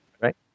Right